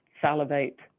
salivate